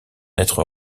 être